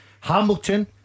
Hamilton